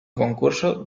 concurso